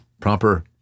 proper